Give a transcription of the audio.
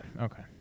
Okay